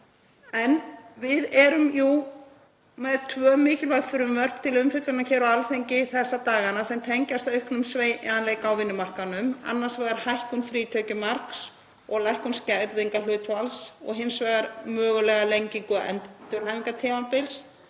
Við erum með tvö mikilvæg frumvörp til umfjöllunar hér á Alþingi þessa dagana sem tengjast auknum sveigjanleika á vinnumarkaðnum, annars vegar hækkun frítekjumarks og lækkun skerðingarhlutfalls og hins vegar mögulega lengingu endurhæfingartímabils.